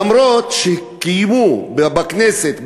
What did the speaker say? אף שקיימו בכנסת,